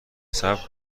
صبر